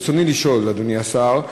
ברצוני לשאול, אדוני השר: